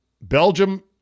Belgium